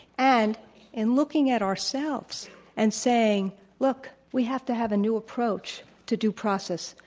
and in looking at ourselves and saying look, we have to have a new approach to due process.